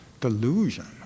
Delusion